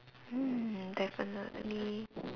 mm definitely